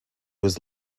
was